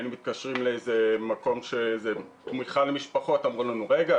שהיינו מתקשרים לאיזה מקום של תמיכה למשפחות והיו אמורים לנו: רגע,